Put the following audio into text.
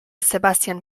sebastian